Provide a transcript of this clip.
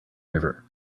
river